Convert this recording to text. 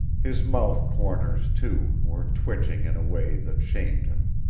his mouth corners, too, were twitching in a way that shamed him.